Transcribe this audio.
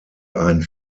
ein